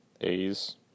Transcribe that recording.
A's